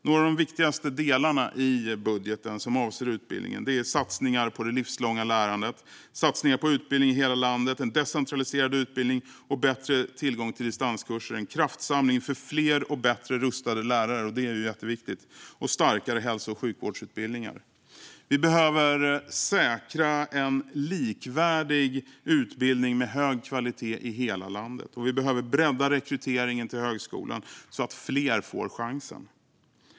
Några av de viktigaste delarna i budgeten som avser utbildningen är: Satsningar på det livslånga lärandet, satsningar på utbildningar i hela landet, en decentraliserad utbildning, bättre tillgång till distanskurser, en kraftsamling för fler och bättre rustade lärare - det är jätteviktigt - och starkare hälso och sjukvårdsutbildningar. Vi behöver säkra en likvärdig utbildning med hög kvalitet i hela landet. Vi behöver bredda rekryteringen till högskolan så att fler får chansen.